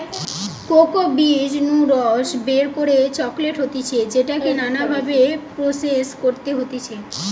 cocoa বীজ নু রস বের করে চকলেট হতিছে যেটাকে নানা ভাবে প্রসেস করতে হতিছে